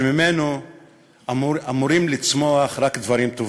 שממנו אמורים לצמוח רק דברים טובים.